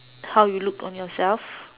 how you look on yourself